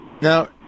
Now